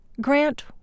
Grant